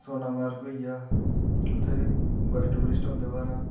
सोनामार्ग होई गेआ उत्थें बी बड़े टूरिस्ट औंदे बाह्रा